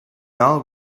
all